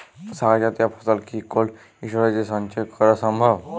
শাক জাতীয় ফসল কি কোল্ড স্টোরেজে সঞ্চয় করা সম্ভব?